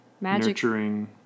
nurturing